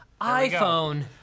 iPhone